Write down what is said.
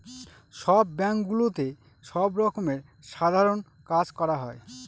সব ব্যাঙ্কগুলোতে সব রকমের সাধারণ কাজ করা হয়